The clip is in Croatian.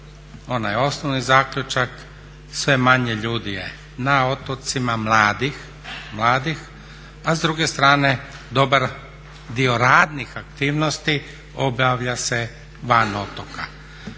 osnovni zaključak, sve manje mladih ljudi je na otocima, mladih, a s druge strane dobar dio radnih aktivnosti obavlja se van otoka.